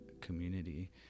community